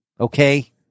okay